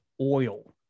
oil